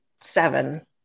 seven